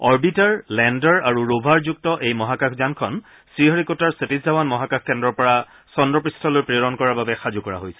orbiter lander আৰু ৰ'ভাৰযুক্ত এই মহাকাশ যানখন শ্ৰীহৰিকোটাৰ সতীশ ধাৱান মহাকাশ কেন্দ্ৰৰ পৰা চন্দ্ৰপৃষ্ঠলৈ প্ৰেৰণ কৰাৰ বাবে সাজু কৰা হৈছিল